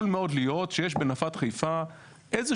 יכול מאוד להיות שיש בנפת חיפה איזה